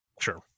Sure